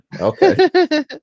Okay